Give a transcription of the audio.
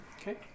Okay